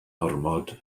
ormod